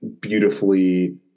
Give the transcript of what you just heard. beautifully